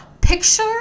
picture